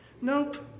Nope